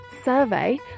survey